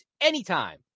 anytime